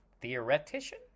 Theoretician